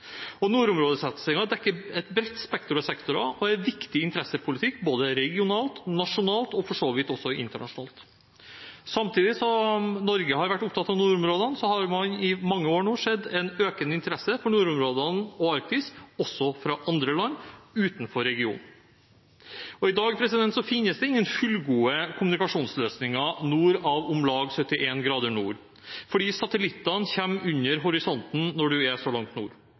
utvise. Nordområdesatsingen dekker et bredt spekter av sektorer og er viktig interessepolitikk både regionalt, nasjonalt og for så vidt også internasjonalt. Samtidig som Norge har vært opptatt av nordområdene, har man i mange år sett en økende interesse for nordområdene og Arktis også fra andre land utenfor regionen. I dag finnes det ingen fullgode kommunikasjonsløsninger nord for om lag 71° nord, for satellittene kommer under horisonten når man er så langt nord.